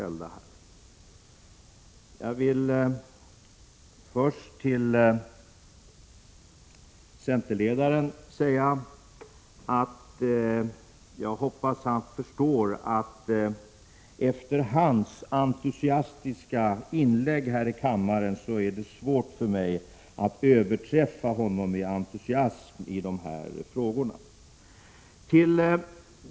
1 juni 1987 Låt mig först till centerledaren säga att jag hoppas att han förstår att efter 5 hans entusiastiska inlägg här i kammaren är det svårt för mig att överträffa Totalförsvarets forthonom i entusiasm när det gäller dessa frågor.